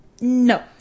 No